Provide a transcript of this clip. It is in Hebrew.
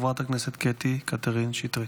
קטי קטרין שטרית.